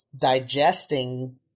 digesting